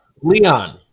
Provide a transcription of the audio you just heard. Leon